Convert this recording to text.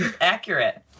Accurate